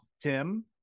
Tim